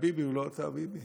והביבי הוא לא אותו הביבי,